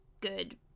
good